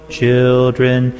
children